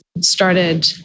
started